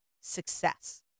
success